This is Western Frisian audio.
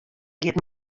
giet